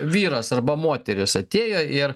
vyras arba moteris atėjo ir